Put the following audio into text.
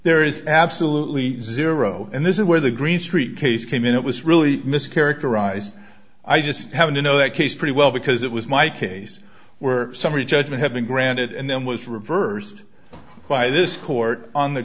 there is absolutely zero and this is where the green street case came in it was really mischaracterized i just haven't you know that case pretty well because it was my case where summary judgment have been granted and then was reversed by this court on the